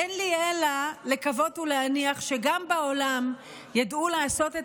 אין לי אלא לקוות ולהניח שגם בעולם ידעו לעשות את